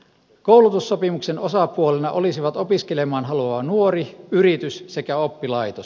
koulutussopimuksen osapuolina olisivat opiskelemaan haluava nuori yritys sekä oppilaitos